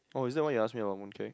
oh is that why you ask me about mooncake